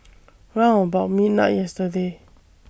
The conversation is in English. round about midnight yesterday